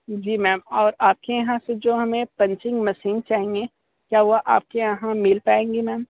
जी ma'am और आपके यहाँ से जो मैम पंचिंग मशीन चाहिएं क्या वो आपके यहाँ मिल पाएंगी मैम